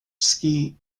ski